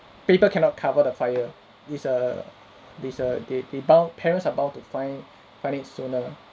paper cannot cover the fire this err this err they they bound parents are bound to find find it sooner